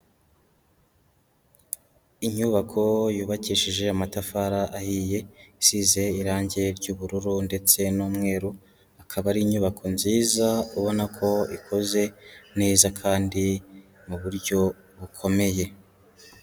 Inyubako yubakishije amatafari ahiye, isize irange ry'ubururu ndetse n'umweru, akaba ari inyubako nziza ubona ko ikoze neza kandi mu buryo bukomeye.